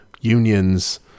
unions